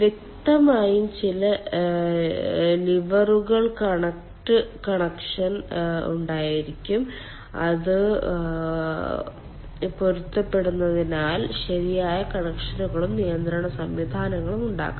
വ്യക്തമായും ചില ലൂവറുകൾ കണക്ട് കണക്ഷൻ ഉണ്ടായിരിക്കാം അത് പൊരുത്തപ്പെടുന്നതിനാൽ ശരിയായ കണക്ഷനുകളും നിയന്ത്രണ സംവിധാനങ്ങളും ഉണ്ടാകാം